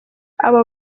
aba